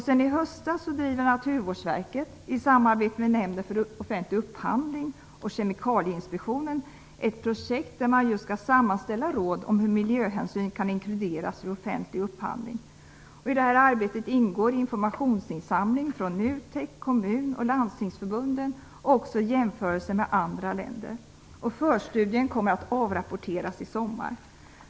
Sedan i höstas driver Naturvårdsverket i samarbete med Nämnden för offentlig upphandling och Kemikalieinspektionen ett projekt för att sammanställa råd om hur miljöhänsyn kan inkluderas vid offentlig upphandling. I detta arbete ingår informationsinsamling från NUTEK, Kommunförbundet och Landstingsförbundet och även jämförelser med andra länder. Förstudien kommer att avrapporteras i sommar.